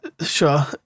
Sure